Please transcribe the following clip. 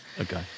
Okay